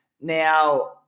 Now